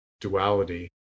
duality